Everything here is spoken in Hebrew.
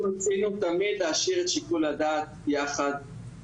אנחנו רצינו תמיד להשאיר את שיקול הדעת אצלנו.